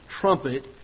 trumpet